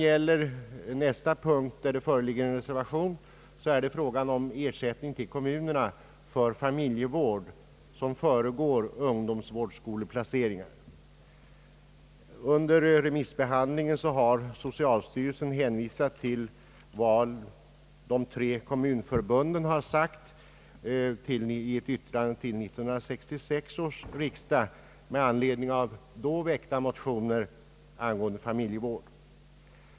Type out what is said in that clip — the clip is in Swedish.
Nästa punkt beträffande vilken det föreligger en reservation gäller frågan om ersättning till kommunerna för familjevård som föregår ungdomsvårdsskoleplaceringar. Under remissbehandlingen har socialstyrelsen hänvisat till vad de tre kommunförbunden har anfört i ett yttrande till 1966 års riksdag med anledning av då väckta motioner angående familjevård.